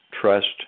trust